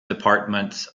departments